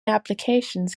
applications